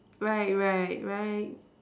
right right right